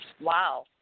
Wow